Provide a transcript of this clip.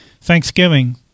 Thanksgiving